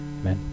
Amen